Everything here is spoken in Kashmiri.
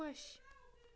خۄش